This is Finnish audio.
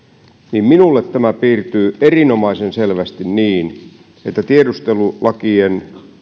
niin minulle tämä piirtyy erinomaisen selvästi niin että tiedustelulakien